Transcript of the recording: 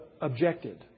objected